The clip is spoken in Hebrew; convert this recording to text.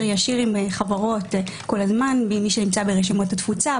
ישיר אם חברות כל הזמן עם מי שנמצא ברשימות התפוצה,